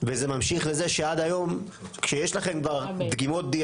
וזה ממשיך לזה שעד היום כשיש לכם כבר דגימותDNA